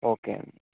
okay అండి